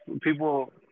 People